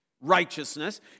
righteousness